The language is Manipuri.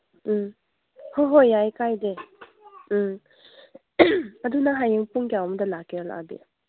ꯎꯝ ꯍꯣꯏ ꯍꯣꯏ ꯌꯥꯏ ꯀꯥꯏꯗꯦ ꯎꯝ ꯑꯗꯨ ꯅꯪ ꯍꯌꯦꯡ ꯄꯨꯡ ꯀꯌꯥꯃꯨꯛꯇ ꯂꯥꯛꯀꯦꯔ ꯂꯥꯛꯑꯗꯤ